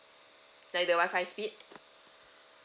like the wifi speed